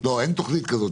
נכונות,